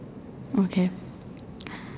okay